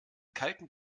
kalten